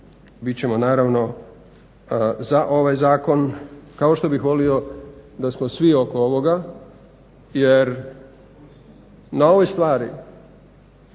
ćemo naravno za ovaj zakon kao što bih volio da smo svi oko ovoga jer na ovoj stvari